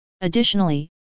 Additionally